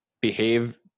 behave